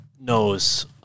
knows